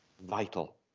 vital